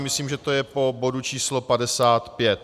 Myslím, že to je po bodu číslo 55.